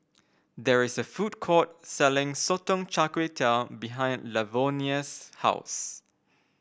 there is a food court selling Sotong Char Kway behind Lavonia's house